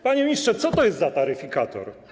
Panie ministrze, co to jest za taryfikator?